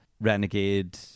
renegade